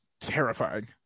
terrifying